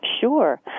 Sure